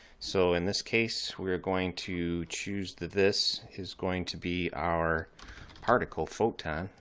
so in this case we are going to choose the this is going to be our particle photon,